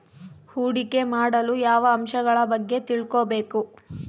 ಹೂಡಿಕೆ ಮಾಡಲು ಯಾವ ಅಂಶಗಳ ಬಗ್ಗೆ ತಿಳ್ಕೊಬೇಕು?